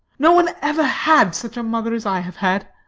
no one ever had such a mother as i have had.